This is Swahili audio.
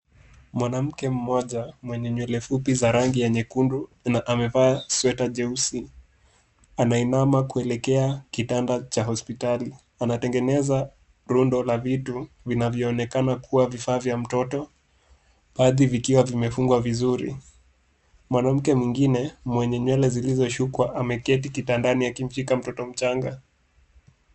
Mwanamke mmoja mwenye nywele fupi za rangi ya nyekundu na amevaa sweta jeusi, anainama kuelekea kitanda cha hospitali. Anatengeneza rundo la vitu vinavyoonekana kuwa vifaa vya mtoto baadhi vikiwa vimefungwa vizuri. Mwanamke mwingine mwenye nywele zilizoshukwa ameketi kitandani akimshika mtoto mchanga.